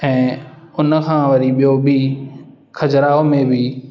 ऐं उन खां वरी ॿियो बि खजुराहो में बि